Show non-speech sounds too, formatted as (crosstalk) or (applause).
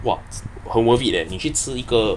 !wah! (noise) 很 worth it eh 你去吃一个